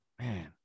man